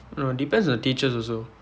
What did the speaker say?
no depends on the teachers also